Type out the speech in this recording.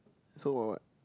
so got what